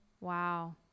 Wow